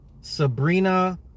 Sabrina